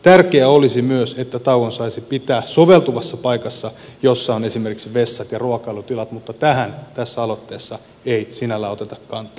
tärkeää olisi myös että tauon saisi pitää soveltuvassa paikassa jossa on esimerkiksi vessat ja ruokailutilat mutta tähän tässä aloitteessa ei sinällään oteta kantaa